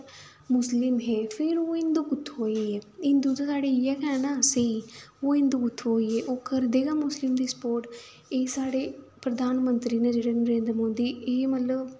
मुस्लिम हे फिर ओह् हिन्दू कुत्थूं होई गे हिन्दू ते साढ़े इ'यै गै ना स्हेई ओह् हिन्दू कुत्थूं होई गे ओह् करदे गै मुस्लिम दी स्पोर्ट एह् साढ़े प्रधानमंत्री न जेह्ड़े नरेन्द्र मोदी एह् मतलब